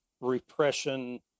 repression